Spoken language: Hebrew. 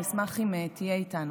אני אשמח אם תהיה איתנו.